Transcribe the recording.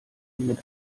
mit